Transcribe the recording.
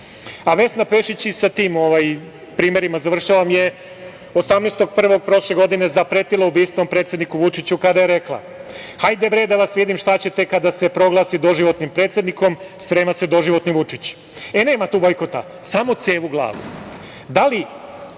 Pešić, i sa tim primerima završavam, je 18.01. prošle godine zapretila ubistvom predsedniku Vučiću kada je rekla: "Hajde, bre, da vas vidim šta ćete kada se proglasi doživotnim predsednikom, sprema se doživotni Vučić. Nema tu bojkota, samo cev u glavu".